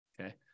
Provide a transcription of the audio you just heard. Okay